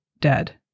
dead